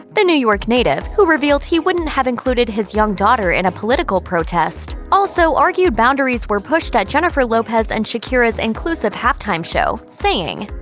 the new york native, who revealed he wouldn't have included his young daughter in a political protest, also argued boundaries were pushed at jennifer lopez and shakira's inclusive halftime show, saying,